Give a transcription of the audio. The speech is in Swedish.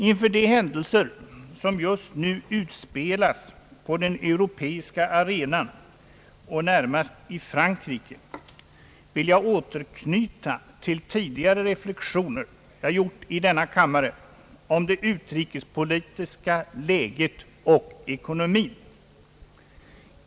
Inför de händelser som just nu utspelas på den europeiska arenan och närmast i Frankrike vill jag återknyta till tidigare reflexioner som jag gjort i denna kammare om det utrikespolitiska läget och ekonomin.